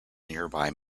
nearby